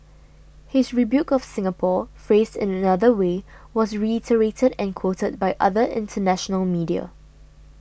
his rebuke of Singapore phrased in another way was reiterated and quoted by other international media